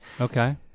Okay